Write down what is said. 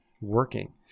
working